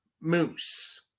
Moose